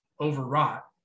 overwrought